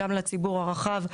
גם לציבור הרחב,